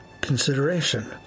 consideration